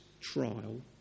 trial